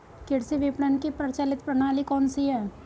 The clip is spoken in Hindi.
कृषि विपणन की प्रचलित प्रणाली कौन सी है?